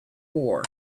war